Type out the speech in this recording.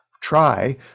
try